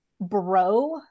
bro